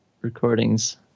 recordings